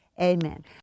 Amen